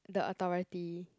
the authority